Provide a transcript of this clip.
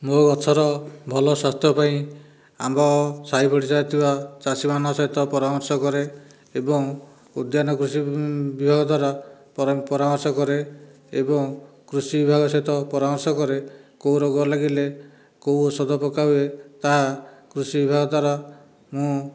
ମୋ ଗଛର ଭଲ ସ୍ଵାସ୍ଥ୍ୟ ପାଇଁ ଆମ୍ଭ ସାହିପଡ଼ିଶା ଥିବା ଚାଷୀମାନଙ୍କ ସହିତ ପରାମର୍ଶ କରେ ଏବଂ ଉଦ୍ୟାନ କୃଷି ବିଭାଗ ଦ୍ୱାରା ପରାମର୍ଶ କରେ ଏବଂ କୃଷି ବିଭାଗ ସହିତ ପରାମର୍ଶ କରେ କେଉଁ ରୋଗ ଲାଗିଲେ କେଉଁ ଓଷଧ ପକା ହୁଏ ତାହା କୃଷି ବିଭାଗ ଦ୍ଵାରା ମୁଁ